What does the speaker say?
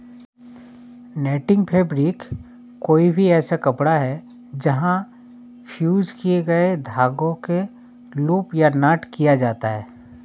netting fabric कोई भी ऐसा कपड़ा है जहाँ फ़्यूज़ किए गए धागों को लूप या नॉट किया जाता है